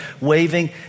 waving